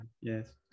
Yes